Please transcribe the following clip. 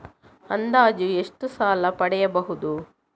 ಅಂದಾಜು ಎಷ್ಟು ಸಾಲ ಪಡೆಯಬಹುದು?